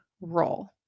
role